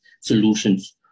solutions